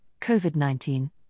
COVID-19